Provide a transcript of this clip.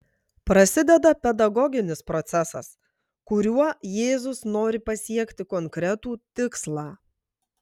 prasideda pedagoginis procesas kuriuo jėzus nori pasiekti konkretų tikslą